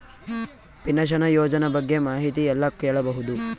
Pension ಯೋಜನ ಬಗ್ಗೆ ಮಾಹಿತಿ ಎಲ್ಲ ಕೇಳಬಹುದು?